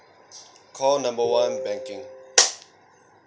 call number one banking